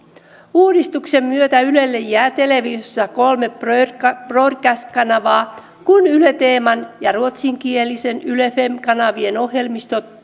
uudistuksen myötä ylelle jää televisiossa kolme broadcast broadcast kanavaa kun yle teeman ja ruotsinkielisen yle fem kanavan ohjelmistot